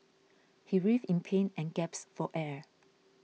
he writhed in pain and gasped for air